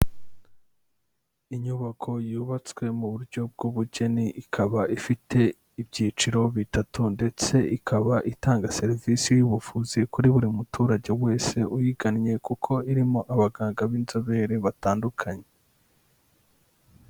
Inyubako yubatswe mu buryo bw'ubugeni, ikaba ifite ibyiciro bitatu ndetse ikaba itanga serivisi y'ubuvuzi kuri buri muturage wese uyigannye kuko irimo abaganga b'inzobere batandukanye.